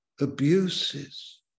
abuses